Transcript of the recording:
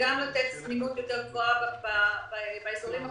גם לתת זמינות יותר גבוהה באזורים הפריפריים,